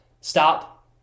stop